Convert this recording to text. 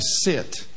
sit